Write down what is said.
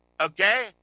okay